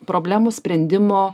problemų sprendimo